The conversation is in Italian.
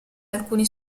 alcuni